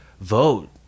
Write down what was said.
vote